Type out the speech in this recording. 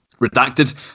Redacted